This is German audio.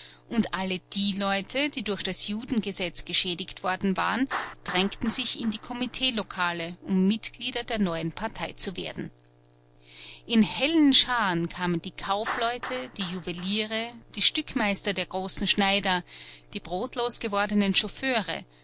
und alle die leute die durch das judengesetz geschädigt worden waren drängten sich in die komiteelokale um mitglieder der neuen partei zu werden in hellen scharen kamen die kaufleute die juweliere die stückmeister der großen schneider die brotlos gewordenen chauffeure